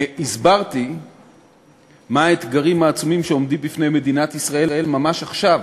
הסברתי מה האתגרים העצומים שעומדים בפני מדינת ישראל ממש עכשיו: